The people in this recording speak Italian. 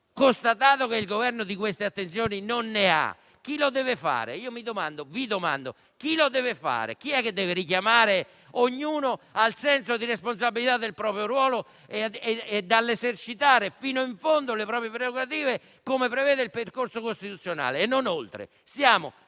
mi domando e vi domando: chi lo deve fare? Chi è che deve richiamare ognuno al senso di responsabilità consono al proprio ruolo e a esercitare fino in fondo le proprie prerogative, come prevede il percorso costituzionale, e non oltre? Stiamo